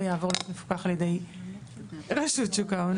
או יעבור להיות מפוקח על ידי רשות שוק ההון?